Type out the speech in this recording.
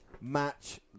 match